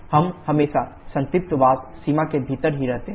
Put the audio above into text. हम हमेशा संतृप्त वाष्प सीमा के भीतर ही रहते हैं